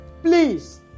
please